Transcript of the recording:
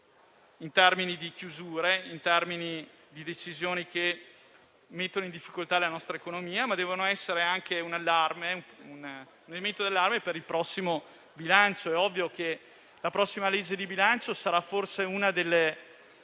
in termini di chiusure e di decisioni che mettono in difficoltà la nostra economia, ma deve essere anche un elemento di allarme per il prossimo bilancio. È ovvio che la prossima legge di bilancio sarà forse uno degli